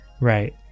Right